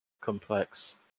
complex